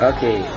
Okay